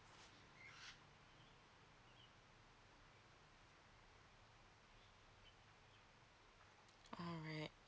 alright